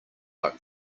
like